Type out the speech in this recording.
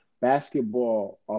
basketball